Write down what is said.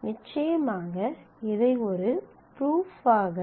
நீங்கள் நிச்சயமாக இதை ஒரு ப்ரூப் ஆக